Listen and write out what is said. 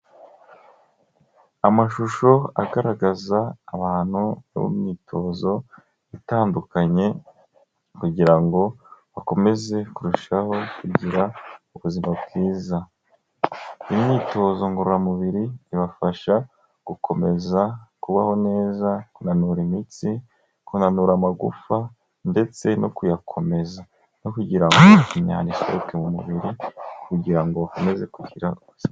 Amashusho agaragaza abantu mu myitozo itandukanye kugira ngo bakomeze kurushaho kugira ubuzima bwiza. Imyitozo ngororamubiri ibafasha gukomeza kubaho neza, kunanura imitsi, kunanura amagufa ndetse no kuyakomeza no kugira ngo imyanda isohoke mu mubiri kugira ngo bakomeze kugira ubuzima.